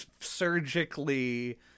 surgically